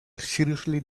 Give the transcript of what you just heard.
seriously